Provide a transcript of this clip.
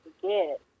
forget